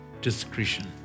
discretion